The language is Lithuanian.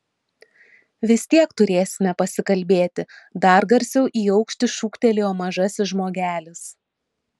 vis tiek turėsime pasikalbėti dar garsiau į aukštį šūktelėjo mažasis žmogelis